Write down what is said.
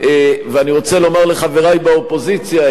אני רוצה לומר לחברי באופוזיציה: הנה,